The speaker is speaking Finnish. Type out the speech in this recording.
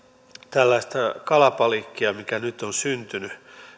tällaista kalabaliikkia mikä nyt on syntynyt